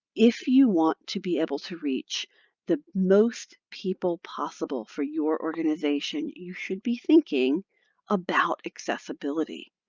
if you want to be able to reach the most people possible for your organization, you should be thinking about accessibility.